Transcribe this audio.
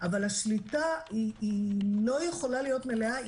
אבל השליטה לא יכולה להיות מלאה,